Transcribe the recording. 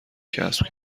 کسب